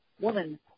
woman